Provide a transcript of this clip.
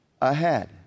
ahead